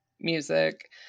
music